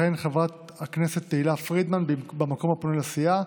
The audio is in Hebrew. תכהן חברת הכנסת תהלה פרידמן במקום הפנוי לסיעה,